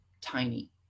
tiny